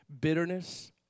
bitterness